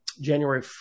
January